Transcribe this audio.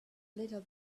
little